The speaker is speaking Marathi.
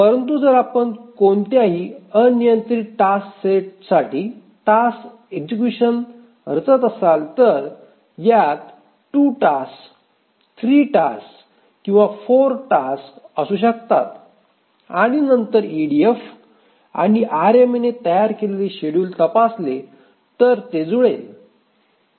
परंतु जर आपण कोणत्याही अनियंत्रित टास्क सेटसाठी टास्क एक्जीक्यूशन रचत असाल तर यात 2 टास्क 3 टास्क किंवा 4 टास्क असू शकतात आणि नंतर ईडीएफ आणि आरएमएने तयार केलेले शेड्युल तपासले तर ते जुळेल